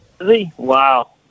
Wow